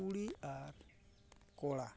ᱠᱩᱲᱤ ᱟᱨ ᱠᱚᱲᱟ